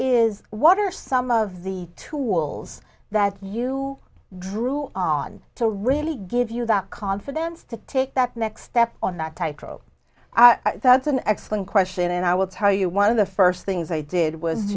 is what are some of the tools that you drew on to really give you that confidence to take that next step on that tightrope that's an excellent question and i will tell you one of the first things i did was